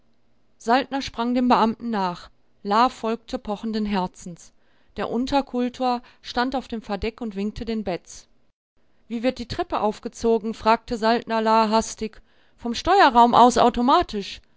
saltner sprang dem beamten nach la folgte pochenden herzens der unterkultor stand auf dem verdeck er winkte den beds wie wird die treppe aufgezogen fragte saltner la hastig vom steuerraum aus automatisch